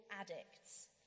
addicts